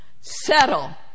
settle